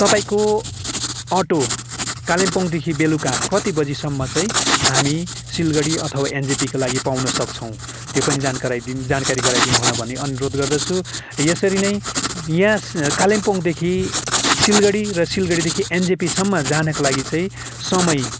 तपाईँको अटो कालिम्पोङदेखि बेलुका कति बजीसम्म चाहिँ हामी सिलगढी अथवा एनजेपीको लागि पाउनसक्छौँ त्यो पनि जानकारी दिन जानकारी गराइदिनु हुन भनी अनुरोध गर्दछु यसरी नै यहाँ कालिम्पोङदेखि सिलगढी र सिलगढीदेखि एनजेपीसम्म जानुको लागि चाहिँ समय